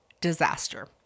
disaster